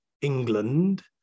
England